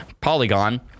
Polygon